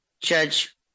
Judge